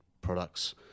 products